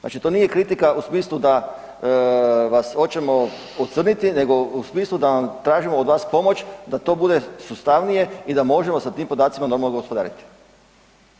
Znači to nije kritika u smislu da vas hoćemo ocrniti nego u smislu da tražimo od vas pomoć da to bude sustavnije i da možemo sa tim podacima normalno gospodariti.